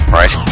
right